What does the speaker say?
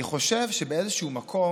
אני חושב שבאיזשהו מקום